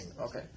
Okay